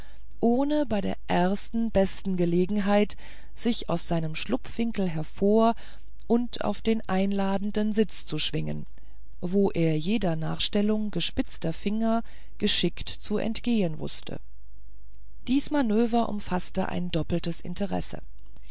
ohne bei der ersten besten gelegenheit sich aus seinem schlupfwinkel hervor und auf den einladenden sitz zu schwingen wo er jeder nachstellung gespitzter finger geschickt zu entgehen wußte dies manöver umfaßte ein doppeltes interesse